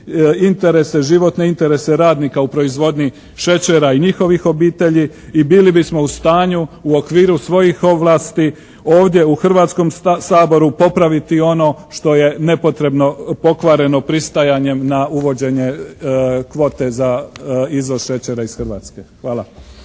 interese, životne interese radnika u proizvodnji šećera i njihovih obitelji i bili bismo u stanju u okviru svojih ovlasti ovdje, u Hrvatskom saboru popraviti ono što je nepotrebno pokvareno pristajanjem na uvođenje kvote za izvoz šećera iz Hrvatske. Hvala.